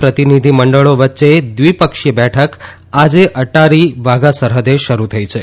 પ્રતિનિધિમંડળો વચ્ચે દ્વિ ક્ષીય બેઠક આજે અદ્દારી વાઘા સરહદે શરૂ થઇ છે